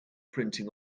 printing